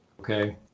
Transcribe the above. Okay